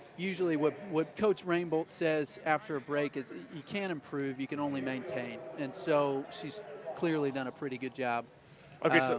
usually what what coach rainbolt says after a break is you can't improve, you can only maintain. and so she's clearly done a pretty good job. will okay. so